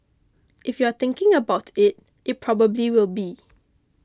if you're thinking about it it probably will be